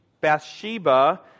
Bathsheba